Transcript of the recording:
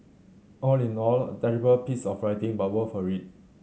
all in all a terrible piece of writing but worth a read